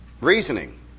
reasoning